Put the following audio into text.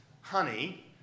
honey